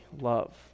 love